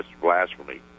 blasphemy